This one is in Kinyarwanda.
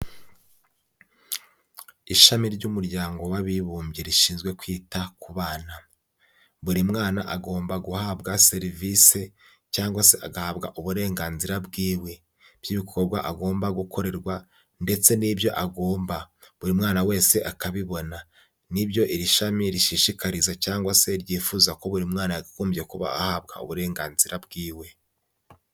Ishami ry'umuryango w'abibumbye rishinzwe kwita ku bana. Buri mwana agomba guhabwa serivise cyangwa se agahabwa uburenganzira bwiwe by'ibikorwa agomba gukorerwa ndetse n'ibyo agomba. Buri mwana wese akabibona. Ni ibyo iri shami rishishikariza cyangwa se ryifuza ko buri mwana yakagombye kuba ahabwa uburenganzira bwiwe.